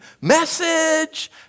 message